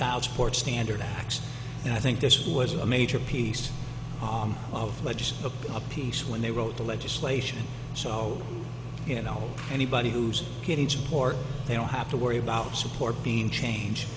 child support standard x and i think this was a major piece of but just a piece when they wrote the legislation so you know anybody who's getting support they don't have to worry about support being changed